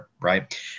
Right